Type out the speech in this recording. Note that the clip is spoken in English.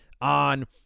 on